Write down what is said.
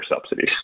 subsidies